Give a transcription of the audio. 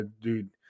Dude